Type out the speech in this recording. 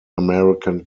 american